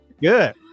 Good